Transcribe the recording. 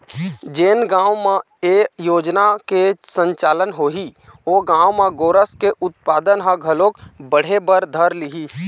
जेन गाँव म ए योजना के संचालन होही ओ गाँव म गोरस के उत्पादन ह घलोक बढ़े बर धर लिही